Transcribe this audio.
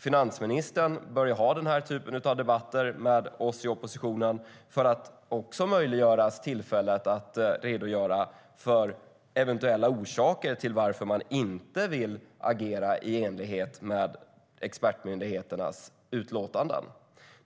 Finansministern bör ha den typen av debatter med oss i oppositionen för att också få tillfälle att redogöra för eventuella orsaker till att man inte vill agera i enlighet med expertmyndigheternas utlåtanden.